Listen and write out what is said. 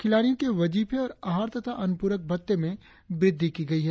खिलाड़ियों के वजीफे और आहार तथा अनुपूरक भत्ते में वृद्धि की गई है